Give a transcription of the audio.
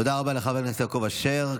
תודה רבה לחבר הכנסת יעקב אשר.